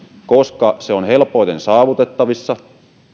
koska se on helpoiten saavutettavissa